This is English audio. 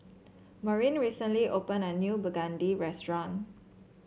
Maureen recently opened a new begedil restaurant